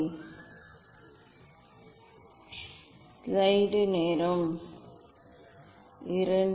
சோதனை தரவு மறுவடிவமைப்பை நான் படிக்க வேண்டும்